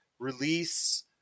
release